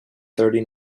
thirty